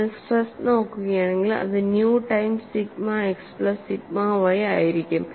നിങ്ങൾ സ്ട്രെസ് നോക്കുകയാണെങ്കിൽ അത് nu times sigma x plus sigma y ആയിരിക്കും